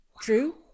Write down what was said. True